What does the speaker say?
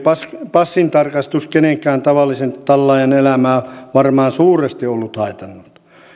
passintarkastus kenenkään tavallisen tallaajan elämää varmaan suuresti ollut haitannut